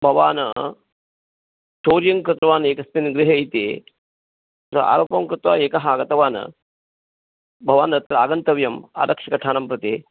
भवान् चौर्यं कृतवान् एकस्मिन् गृहे इति सः आरोपं कृत्वा एकः आगतवान् भवान् अत्र आगन्तव्यम् आरक्षकस्थानं प्रति